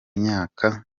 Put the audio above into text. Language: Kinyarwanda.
myaka